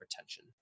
retention